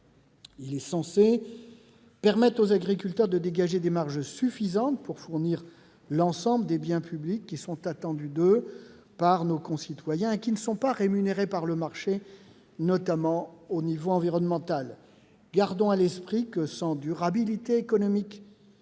PAC est censée permettre aux agriculteurs de dégager des marges suffisantes pour fournir l'ensemble des biens publics attendus d'eux par nos concitoyens et qui ne sont pas rémunérés par le marché, notamment au niveau environnemental. Gardons à l'esprit que sans durabilité économique